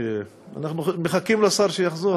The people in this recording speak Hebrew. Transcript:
אנחנו מחכים לשר שיחזור.